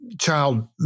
child